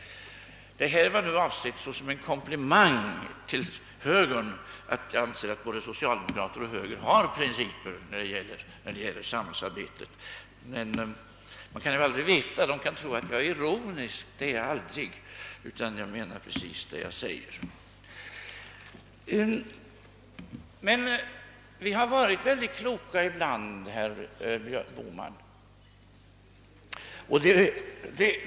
Det är avsett som en komplimang till högern, när jag säger att både högern och socialdemokraterna har principer när det gäller samhällsarbetet. Men man kan aldrig veta; de kan tro att jag är ironisk — det är jag aldrig utan jag menar precis vad jag säger. Men vi har varit väldigt kloka ibland, herr Björkman — förlåt herr Bohman.